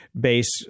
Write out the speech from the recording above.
base